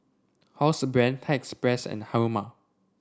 Housebrand Thai Express and Haruma